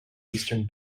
eastern